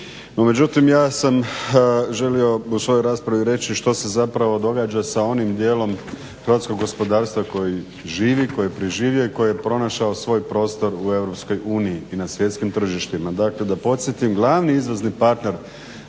međutim, ja sam želio u svojoj raspravi reći što se zapravo događa sa onim dijelom hrvatskog gospodarstva koji živi, koji je preživio i koji je pronašao svoj prostor u Europskoj uniji i na svjetskim tržištima. Dakle da podsjetim, glavni izvozni partner